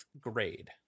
Grade